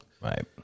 Right